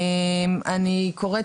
אני אגיד